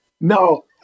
No